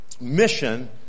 mission